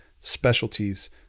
specialties